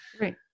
Right